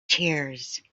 tears